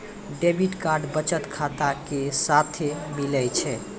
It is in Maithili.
डेबिट कार्ड बचत खाता के साथे मिलै छै